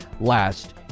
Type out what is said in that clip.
last